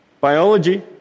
Biology